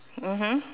mmhmm